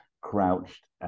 crouched